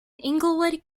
inglewood